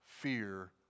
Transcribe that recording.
fear